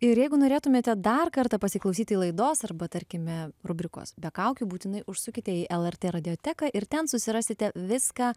ir jeigu norėtumėte dar kartą pasiklausyti laidos arba tarkime rubrikos be kaukių būtinai užsukite į lrt radioteką ir ten susirasite viską